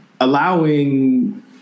allowing